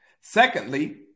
Secondly